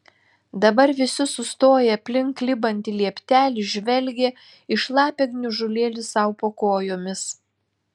dabar visi sustoję aplink klibantį lieptelį žvelgė į šlapią gniužulėlį sau po kojomis